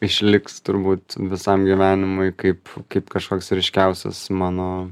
išliks turbūt visam gyvenimui kaip kaip kažkoks ryškiausias mano